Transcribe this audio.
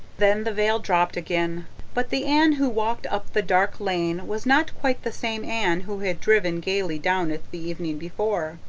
then the veil dropped again but the anne who walked up the dark lane was not quite the same anne who had driven gaily down it the evening before.